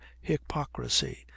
hypocrisy